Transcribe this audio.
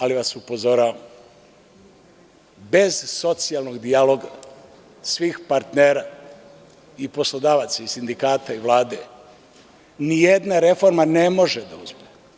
Ali, upozoravam vas, bez socijalnog dijaloga svih partnera i poslodavaca, i sindikata, i Vlade, ni jedna reforma ne može da uspe.